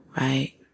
Right